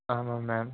ஆமாம் மேம்